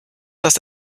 das